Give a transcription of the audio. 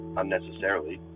unnecessarily